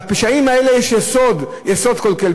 בפשעים האלה יש יסוד קלוקל,